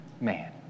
man